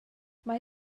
mae